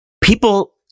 people